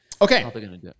Okay